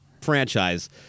franchise